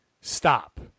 Stop